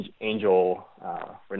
angel